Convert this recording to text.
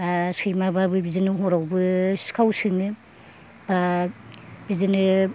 आ सैमाबाबो बिदिनो हरावबो सिखाव सोङो बा बिदिनो